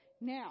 Now